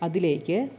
അതിലേക്ക്